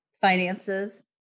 finances